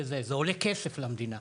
זה עולה כסף למדינה,